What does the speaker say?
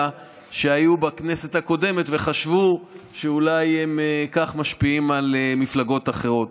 שהיו בכנסת הקודמת וחשבו שאולי כך משפיעים על מפלגות אחרות.